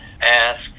ask